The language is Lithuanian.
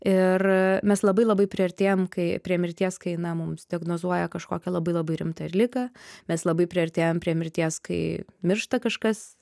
ir mes labai labai priartėjam kai prie mirties kai na mums diagnozuoja kažkokią labai labai rimta ir ligą mes labai priartėjam prie mirties kai miršta kažkas